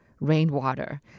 rainwater